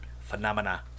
phenomena